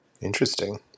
Interesting